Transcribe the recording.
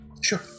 Sure